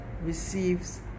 receives